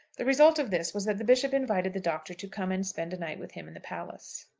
the result of this was that the bishop invited the doctor to come and spend a night with him in the palace.